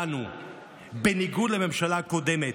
בניגוד לממשלה הקודמת,